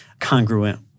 congruent